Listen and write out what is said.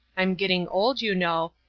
i'm getting old, you know,